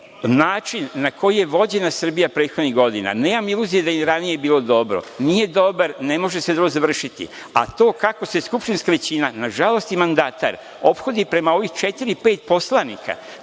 Način na koji je vođena Srbija prethodnih godina, nemam iluzija da je i ranije bilo dobro, nije dobar, ne može se to završiti, a to kako se skupštinska većina, nažalost i mandatar, ophodi prema ovih četiri, pet poslanika